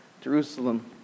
Jerusalem